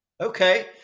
Okay